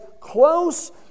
close